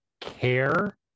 care